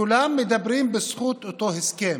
כולם מדברים בזכות אותו הסכם.